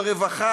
ברווחה,